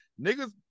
niggas